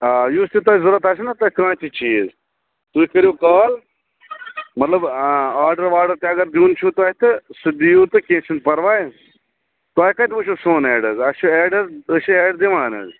آ یُس تہِ تۄہہِ ضُوٚرَتھ آسیو نا تۄہہِ کانٛہہ تہِ چیٖز تُہۍ کٔریُو کال مطلب آرڈَر واڈَر تہِ اَگر دیُن چھُو تۄہہِ تہِ سُہ دِیُو کیٚنہہ چھُنہٕ پرواے تۄہہِ کَتہِ وُچھُو سون اٮ۪ڈ حظ اَسہِ چھُ اٮ۪ڈ حظ أسۍ چھِ اٮ۪ڈ دِوان حظ